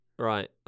Right